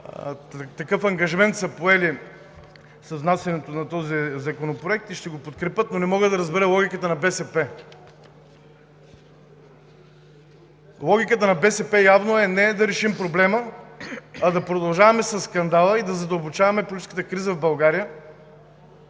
такъв ангажимент са поели с внасянето на този законопроект и ще го подкрепят, но не мога да разбера логиката на БСП. Логиката на БСП явно е не да решим проблема, а да продължаваме със скандала и да задълбочаваме политическата криза в България